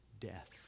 death